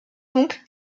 donc